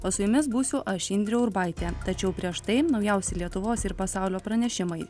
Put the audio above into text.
o su jumis būsiu aš indrė urbaitė tačiau prieš tai naujausi lietuvos ir pasaulio pranešimai